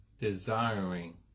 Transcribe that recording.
desiring